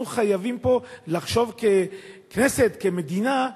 אנחנו חייבים פה לחשוב ככנסת, כמדינה,